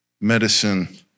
medicine